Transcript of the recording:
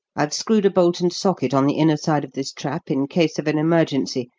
i've screwed a bolt and socket on the inner side of this trap in case of an emergency,